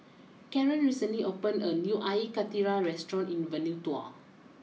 Karan recently opened a new Air Karthira restaurant in Vanuatu